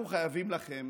אנחנו חייבים לכם